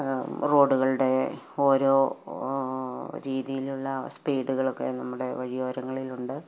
റോഡുകളുടെ ഓരോ രീതിയിലുള്ള സ്പീഡുകളൊക്കെ നമ്മുടെ വഴിയോരങ്ങളിലുണ്ട്